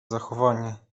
zachowanie